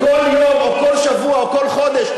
כל יום או כל שבוע או כל חודש,